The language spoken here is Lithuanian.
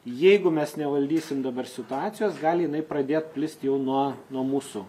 jeigu mes nevaldysim dabar situacijos gali jinai pradėt plist jau nuo nuo mūsų